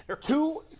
Two